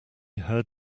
heard